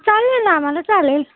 चालेल ना आम्हाला चालेल